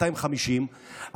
250,000,